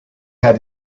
had